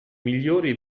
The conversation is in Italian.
migliori